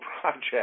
project